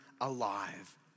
alive